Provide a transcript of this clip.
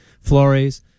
Flores